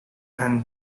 and